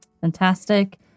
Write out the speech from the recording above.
Fantastic